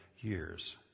years